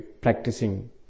practicing